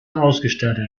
ausgestattet